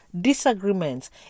disagreements